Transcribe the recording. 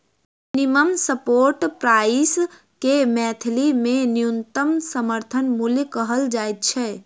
minimum support price के मैथिली मे न्यूनतम समर्थन मूल्य कहल जाइत छै